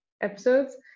episodes